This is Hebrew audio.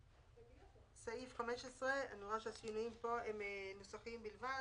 אני רואה שבסעיף 15 השינויים נוסחיים בלבד.